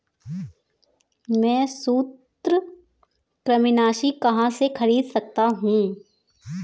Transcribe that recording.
मैं सूत्रकृमिनाशी कहाँ से खरीद सकता हूँ?